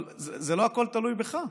אבל לא הכול תלוי בך.